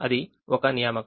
అది ఒక నియామకం